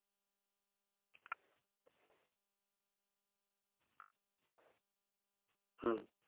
ᱦᱩᱸ